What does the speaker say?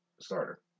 starter